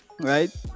Right